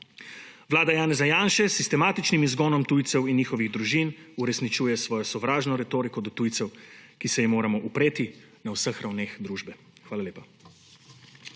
Vlada Janeza Janše s sistematičnim izgonom tujcev in njihovih družin uresničuje svojo sovražno retoriko do tujcev, ki se ji moramo upreti na vseh ravneh družbe. Hvala lepa.